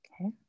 Okay